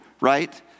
right